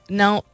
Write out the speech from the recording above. now